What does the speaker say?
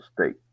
State